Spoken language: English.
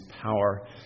power